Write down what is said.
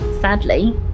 sadly